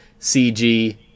CG